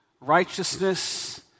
righteousness